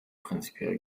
prinzipiell